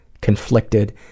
conflicted